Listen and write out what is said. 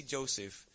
Joseph